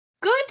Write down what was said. good